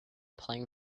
playing